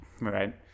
Right